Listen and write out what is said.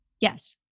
Yes